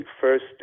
first